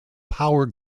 power